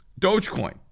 Dogecoin